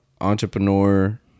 entrepreneur